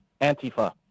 Antifa